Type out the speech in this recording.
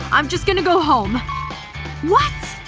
i'm just gonna go home what?